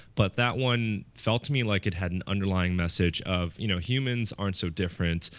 but that one felt to me like it had an underlying message of you know humans aren't so different.